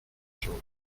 solos